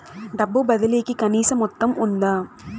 డబ్బు బదిలీ కి కనీస మొత్తం ఉందా?